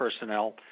personnel